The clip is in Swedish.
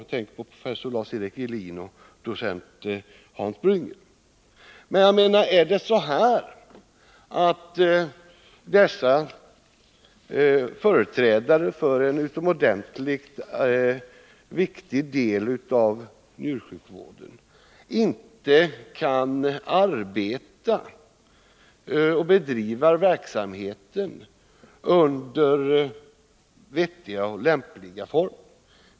Jag tänker på professor Lars-Erik Gelin och docent Hans Brynger. Men kan dessa företrädare för en utomordentligt viktig del av njursjukvården bedriva verksamheten i vettiga och lämpliga former?